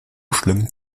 schlimm